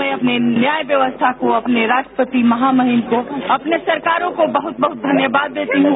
मैं अपने न्याय व्यवस्था अपने राष्ट्रपति महामहिम को अपने सरकारों को बहुत बहुत धन्यवाद देती हूं